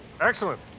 Excellent